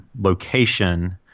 location